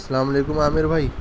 السلام علیکم عامر بھائی